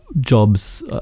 jobs